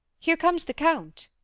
here comes the count.